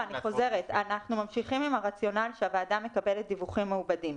אני חוזרת אנחנו ממשיכים עם הרציונל שהוועדה מקבלת דיווחים מעובדים.